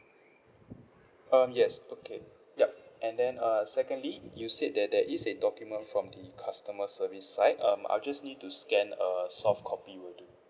um yes okay yup and then uh secondly you said that there is a document from the customer service side um I'll just need to scan a soft copy will do